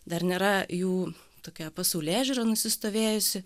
dar nėra jų tokia pasaulėžiūra nusistovėjusi